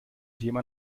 thema